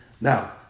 Now